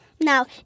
Now